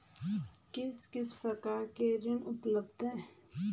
किस किस प्रकार के ऋण उपलब्ध हैं?